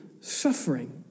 suffering